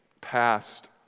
past